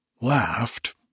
laughed